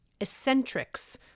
Eccentrics